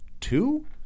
two